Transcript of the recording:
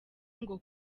ngo